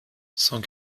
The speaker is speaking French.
cent